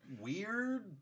weird